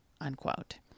unquote